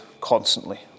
constantly